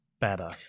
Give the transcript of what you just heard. Better